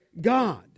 God